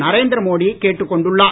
நரேந்திர மோடி கேட்டுக் கொண்டுள்ளார்